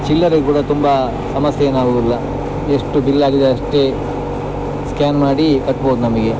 ಚಿಲ್ಲರೆ ಕೂಡ ತುಂಬಾ ಸಮಸ್ಯೆ ಏನು ಆಗುದಿಲ್ಲ ಎಷ್ಟು ಬಿಲ್ ಆಗಿದೆ ಅಷ್ಟೇ ಸ್ಕ್ಯಾನ್ ಮಾಡಿ ಕಟ್ಬೋದು ನಮಗೆ